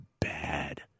bad